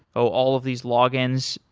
oh, all of these logins,